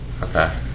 Okay